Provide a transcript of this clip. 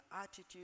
attitude